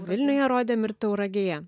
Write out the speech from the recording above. vilniuje rodėm ir tauragėje